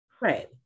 right